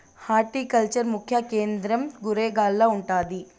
horticulture ముఖ్య కేంద్రం గురేగావ్ల ఉండాది